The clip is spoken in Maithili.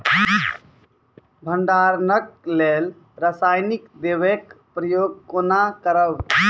भंडारणक लेल रासायनिक दवेक प्रयोग कुना करव?